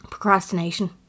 procrastination